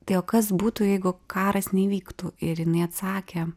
tai o kas būtų jeigu karas neįvyktų ir jinai atsakė